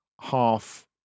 half